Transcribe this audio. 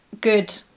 good